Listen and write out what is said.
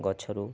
ଗଛରୁ